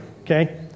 Okay